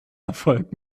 erfolg